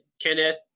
Kenneth